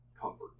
comfort